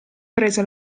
prese